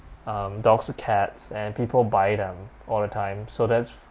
um dogs or cats and people buy them all the time so that's